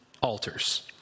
altars